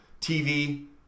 TV